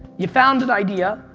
you found an idea,